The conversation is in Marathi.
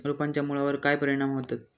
रोपांच्या मुळावर काय परिणाम होतत?